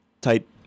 type